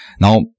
now